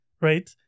right